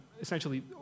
essentially